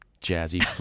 jazzy